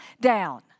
down